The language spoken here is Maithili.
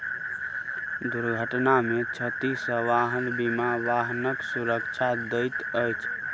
दुर्घटना में क्षति सॅ वाहन बीमा वाहनक सुरक्षा दैत अछि